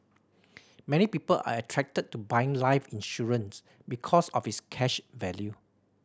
many people are attracted to buying life insurance because of its cash value